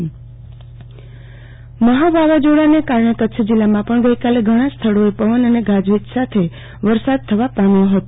આરતીબેન ભદ્દ કમોસમી વરસાદ મહા વાવાઝોડાને કારણે કચ્છ જિલ્લામાં પણ ગઈકાલે ઘણા સ્થળોએ પવન અને ગાજવીજ સાથે વરસાદ થવા પામ્યો હતો